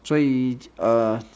所以 err